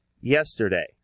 yesterday